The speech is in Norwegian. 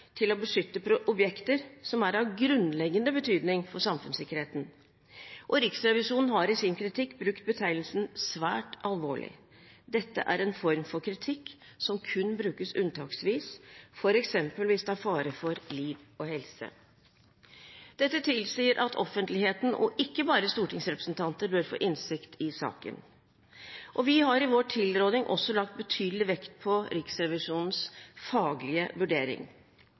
til å beskytte objekter som er av grunnleggende betydning for samfunnssikkerheten. Riksrevisjonen har i sin kritikk brukt betegnelsen «svært alvorlig». Dette er en form for kritikk som kun brukes unntaksvis, f.eks. hvis det er fare for liv og helse. Dette tilsier at offentligheten, og ikke bare stortingsrepresentanter, bør få innsikt i saken. Vi har i vår tilråding også lagt betydelig vekt på Riksrevisjonens faglige vurdering.